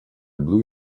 blue